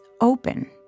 open